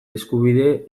eskubide